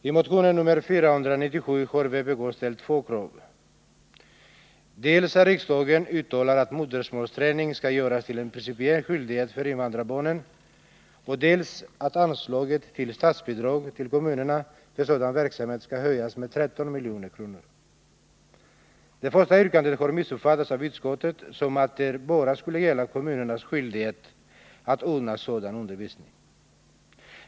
Herr talman! I motionen nr 497 har vpk ställt två krav: dels att riksdagen uttalar att modersmålsträning skall göras till en principiell skyldighet för invandrarbarnen, dels att anslaget till statsbidrag till kommunerna för sådan verksamhet skall höjas med 13 000 000 kr. Det första yrkandet har av utskottet felaktigt uppfattats så att det bara skulle gälla kommunernas skyldighet att ordna sådan undervisning.